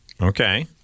okay